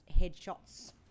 headshots